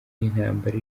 n’intambara